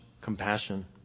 compassion